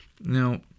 Now